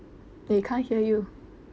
eh can't hear you